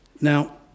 Now